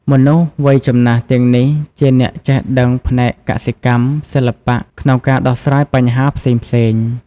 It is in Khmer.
មនុស្សវ័យចំណាស់ទាំងនេះជាអ្នកចេះដឹងផ្នែកកសិកម្ម សិល្បៈ ក្នុងការដោះស្រាយបញ្ហាផ្សេងៗ។